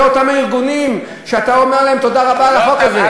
זה אותם הארגונים שאתה אומר להם תודה רבה על החוק הזה.